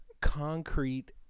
concrete